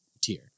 tier